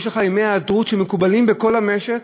יש ימי היעדרות שמקובלים בכל המשק,